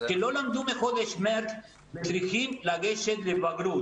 שלא למדו מחודש מרץ וצריכים לגשת לבגרות.